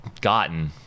gotten